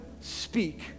speak